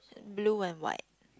blue and white